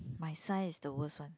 my science is the worst one